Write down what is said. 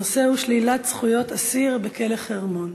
הנושא הוא: שלילת זכויות אסיר בכלא "חרמון".